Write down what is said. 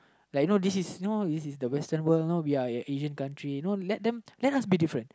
like you know this is you know this is the Western world you know we are a Asian country you know let them let us be different